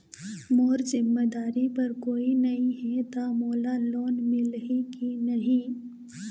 मोर जिम्मेदारी बर कोई नहीं हे त मोला लोन मिलही की नहीं?